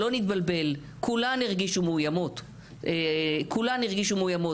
שלא נתבלבל כולן הרגישו מאוימות כולן הרגישו מאוימות.